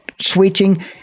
switching